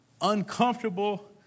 uncomfortable